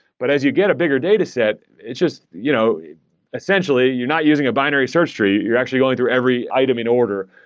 but as you get a bigger dataset, you know essentially, you're not using a binary search tree. you're actually going through every item in order.